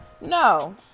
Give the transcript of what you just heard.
No